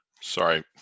Sorry